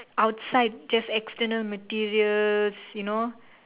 outside just external materials you know